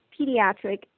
pediatric